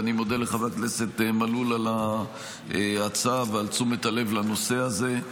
אני מודה לחבר הכנסת מלול על ההצעה ועל תשומת הלב לנושא הזה,